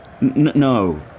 No